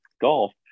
golf